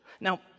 Now